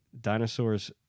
dinosaurs